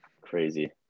crazy